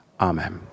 Amen